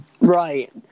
Right